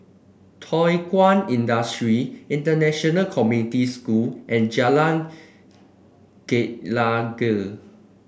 Thow Kwang Industry International Community School and Jalan Gelegar